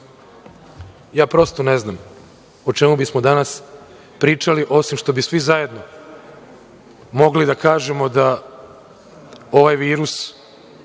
ja prosto ne znam o čemu bi smo danas pričali, osim što bi svi zajedno mogli da kažemo da ovaj virus